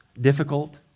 difficult